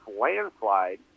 landslide